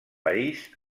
parís